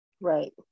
Right